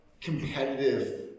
competitive